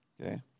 Okay